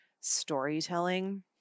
storytelling